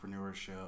entrepreneurship